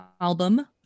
album